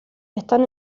están